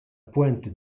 pointe